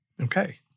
Okay